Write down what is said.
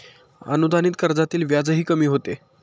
अनुदानित कर्जातील व्याजही कमी होते